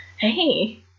Hey